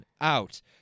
out